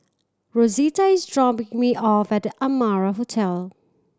Rosita is dropping me off at The Amara Hotel